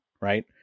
right